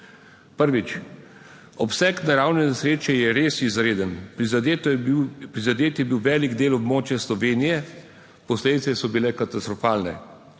Prvič, obseg naravne nesreče je res izreden. Prizadeto je bil, prizadet je bil velik del območja Slovenije, posledice so bile katastrofalne.